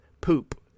poop